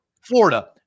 Florida